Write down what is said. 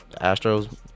Astros